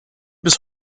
bis